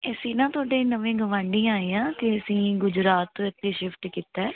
ਅਸੀਂ ਨਾ ਤੁਹਾਡੇ ਨਵੇਂ ਗਵਾਂਢੀ ਆਏ ਹਾਂ ਅਤੇ ਅਸੀਂ ਗੁਜਰਾਤ ਤੋਂ ਇੱਥੇ ਸ਼ਿਫਟ ਕੀਤਾ ਏ